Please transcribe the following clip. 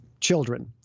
children